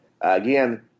again